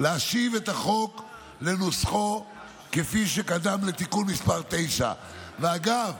להשיב את החוק לנוסחו כפי שקדם לתיקון מס' 9. אגב,